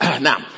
Now